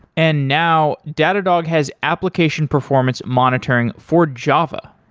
and now, datadog has application performance monitoring for java.